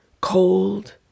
Cold